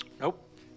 Nope